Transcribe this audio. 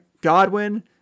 godwin